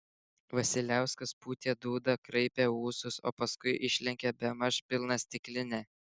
vasiliauskas pūtė dūdą kraipė ūsus o paskui išlenkė bemaž pilną stiklinę